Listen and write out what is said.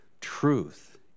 truth